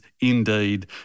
indeed